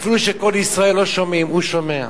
אפילו שכל ישראל לא שומעים, הוא שומע.